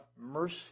mercy